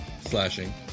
slashing